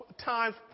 Times